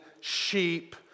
sheep